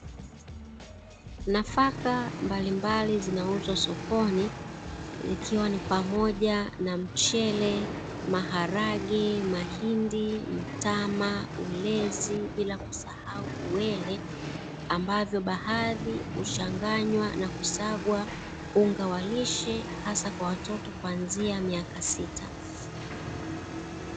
Nafaka mbalimbali zinauzwa sokoni, ikiwa ni pamoja na mchele, maharage, mahindi, mtama, ulezi bila kusahau uwele. Baadhi huchanganywa na kusagwa unga wa lishe, hasa kwa watoto kuanzia miaka sita.